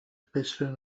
قشر